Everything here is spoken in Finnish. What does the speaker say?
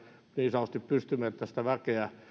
niin sanotusti pystymetsästä väkeä